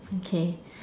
okay